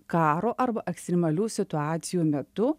karo arba ekstremalių situacijų metu